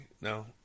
No